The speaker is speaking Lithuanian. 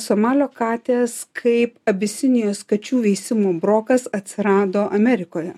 somalio katės kaip abisinijos kačių veisimų brokas atsirado amerikoje